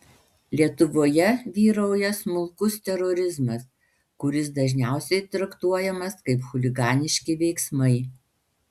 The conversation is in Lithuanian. lietuvoje vyrauja smulkus terorizmas kuris dažniausiai traktuojamas kaip chuliganiški veiksmai